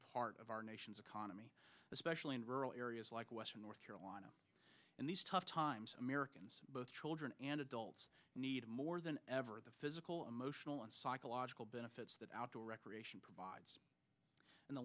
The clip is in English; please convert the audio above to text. part of our nation's economy especially in rural areas like western north carolina in these tough times americans both children and adults need more than ever the physical emotional and psychological benefits that outdoor recreation provides in the